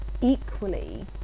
equally